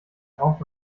braucht